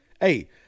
Hey